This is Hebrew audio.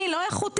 אני לא איכותית?